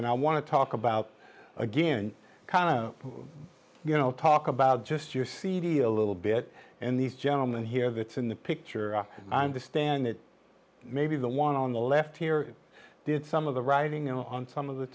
and i want to talk about again you know talk about just your cd a little bit and these gentlemen here that's in the picture i understand it may be the one on the left here did some of the writing on some of the